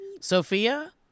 Sophia